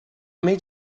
made